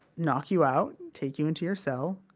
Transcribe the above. knock you out, take you into your cell,